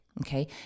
Okay